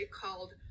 called